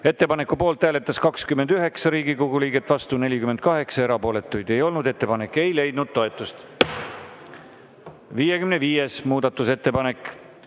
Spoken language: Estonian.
Ettepaneku poolt hääletas 29 Riigikogu liiget, vastu oli 48, erapooletuid ei olnud. Ettepanek ei leidnud toetust. 55. muudatusettepanek.